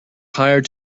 hired